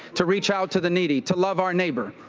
to reach out to the needy, to love our neighbor.